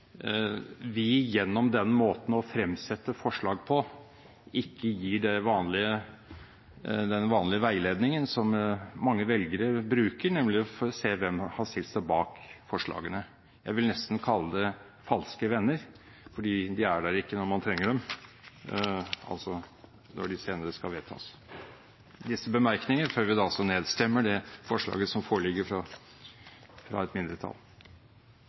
vi gjennom den måten å fremsette forslag på ikke gir den vanlige veiledningen som mange velgere bruker for å se hvem som har stilt seg bak forslagene. Jeg vil nesten kalle det falske venner, for de er der ikke når man trenger dem, altså når forslagene senere skal vedtas. Disse bemerkningene før vi da altså nedstemmer det forslaget som foreligger fra et mindretall.